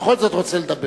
בכל זאת רוצה לדבר?